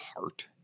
heart